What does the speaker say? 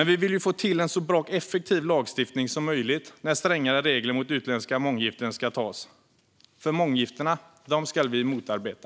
Vi vill få till en så bra och effektiv lagstiftning som möjligt när strängare regler mot utländska månggiften ska tas, för månggiftena ska vi motarbeta.